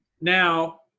Now